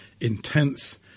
intense